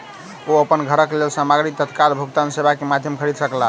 ओ अपन घरक लेल सामग्री तत्काल भुगतान सेवा के माध्यम खरीद सकला